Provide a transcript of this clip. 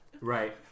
Right